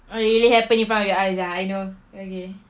oh it really happen in front of your eyes ah I know okay